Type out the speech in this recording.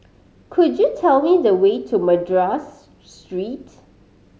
could you tell me the way to Madras Street